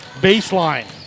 baseline